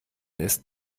ist